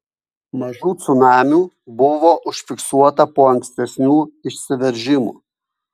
mažų cunamių buvo užfiksuota po ankstesnių išsiveržimų